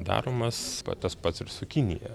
daromas tas pats ir su kinija